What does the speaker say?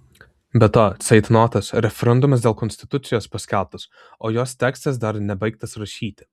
be to ceitnotas referendumas dėl konstitucijos paskelbtas o jos tekstas dar nebaigtas rašyti